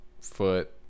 foot